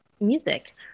music